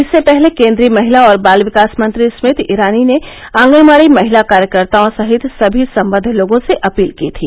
इससे पहले केंद्रीय महिला और बाल विकास मंत्री स्मृति ईरानी ने आंगनवाड़ी महिला कार्यकर्ताओं सहित सभी संबद्द लोगों से अपील की थी